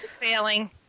Failing